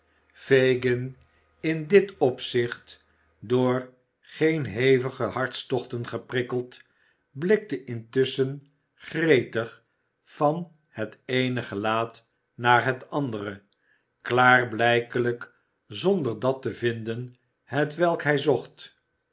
fagin in dit opzicht door geen hevige hartstochten geprikkeld blikte intusschen gretig van het eene gelaat naar het andere klaarblijkelijk zonder dat te vinden hetwe'k hij zocht